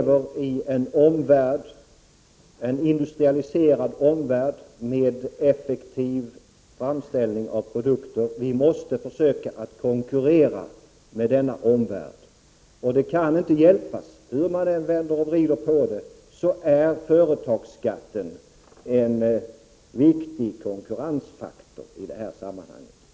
Vi har en industrialiserad omvärld med effektiv framställning av produkter, och vi måste försöka konkurrera med denna omvärld. Det kan inte hjälpas — hur man än vrider och vänder på frågan så är företagsskatten en viktig konkurrensfaktor i detta sammanhang.